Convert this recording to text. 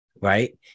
right